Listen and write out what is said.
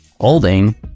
holding